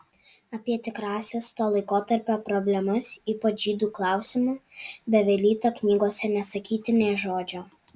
apie tikrąsias to laikotarpio problemas ypač žydų klausimu bevelyta knygose nesakyti nė žodžio